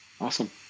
Awesome